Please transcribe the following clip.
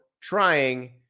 trying